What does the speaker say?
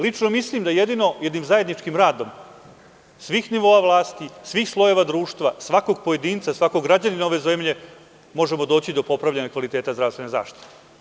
Lični mislim da jednim zajedničkim radom svih nivoa vlasti, svih slojeva društva, svakog pojedinca, svakog građanina ove zemlje, možemo doći do popravljanja kvaliteta zdravstvene zaštite.